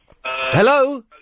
Hello